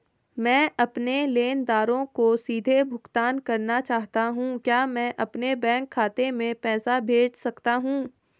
मैं अपने लेनदारों को सीधे भुगतान करना चाहता हूँ क्या मैं अपने बैंक खाते में पैसा भेज सकता हूँ?